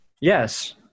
Yes